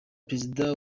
perezida